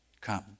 come